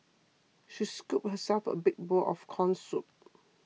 she scooped herself a big bowl of Corn Soup